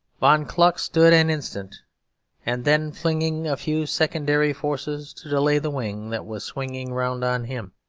von kluck stood an instant and then, flinging a few secondary forces to delay the wing that was swinging round on him,